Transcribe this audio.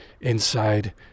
inside